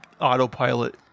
autopilot